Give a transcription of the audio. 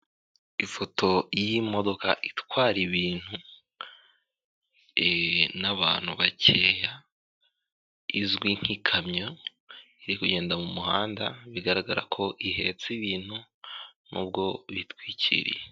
Ifoto y'imodoka itwara ibintu n'abantu bakeya izwi nk'ikamyo, iri kugenda mu muhanda bigaragara ko ihetse ibintu n'ubwo bitwikiriye.